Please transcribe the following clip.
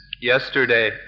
yesterday